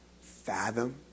fathom